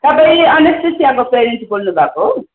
तपाईँ अनुशिष्याको प्यारेन्ट्स बोल्नुभएको हो